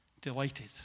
delighted